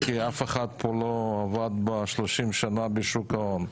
כי אף אחד פה לא עבד 30 שנה בשוק ההון,